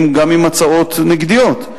גם עם הצעות נגדיות,